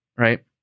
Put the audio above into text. Right